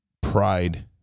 pride